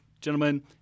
gentlemen